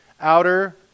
outer